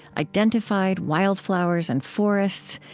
identified wildflowers and forests,